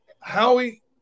Howie